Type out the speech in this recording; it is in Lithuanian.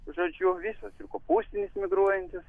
žodžiu visas ir kopūstinis migruojantis